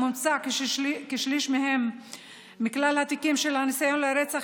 בממוצע כשליש מכלל התיקים של ניסיון לרצח